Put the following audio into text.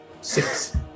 Six